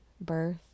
birth